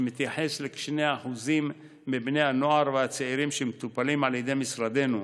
שמתייחס לכ-2% מבני הנוער והצעירים שמטופלים על ידי משרדנו.